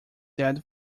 that